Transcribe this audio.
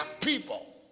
people